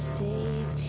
safe